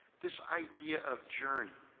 this idea of journey,